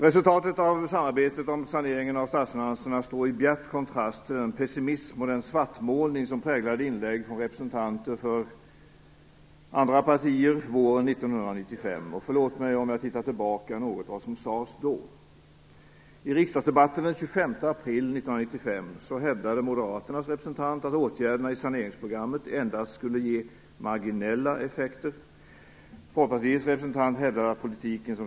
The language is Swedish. Resultatet av samarbetet kring saneringen av statsfinanserna står i bjärt kontrast till den pessimism och svartmålning som präglade inläggen från represtentanter för andra partier våren 1995. Förlåt mig om jag vill se tillbaka på något av det som sades då. Moderaternas representant att åtgärderna i saneringsprogrammet endast skulle ge marginella effekter.